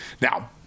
Now